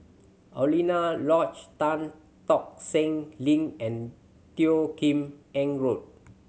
Alaunia Lodge Tan Tock Seng Link and Teo Kim Eng Road